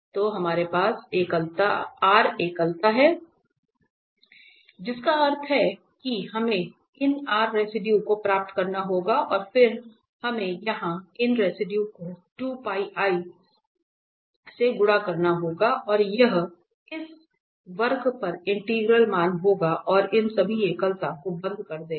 तो हमारे पास r एकलता है जिसका अर्थ है कि हमें इन r रेसिडुए को प्राप्त करना होगा और फिर हमें यहां इन रेसिडुए को से गुणा करना होगा और यह इस वक्र पर इंटीग्रल मान होगा और इन सभी एकलता को बंद कर देगा